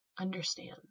understands